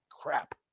crap